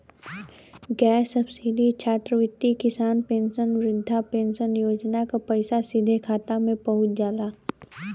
gas subsidy छात्रवृत्ति किसान pension वृद्धा पेंशन योजना क पैसा सीधे खाता में पहुंच जाला